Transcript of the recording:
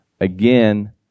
Again